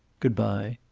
good-by.